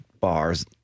bars